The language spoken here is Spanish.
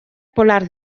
polar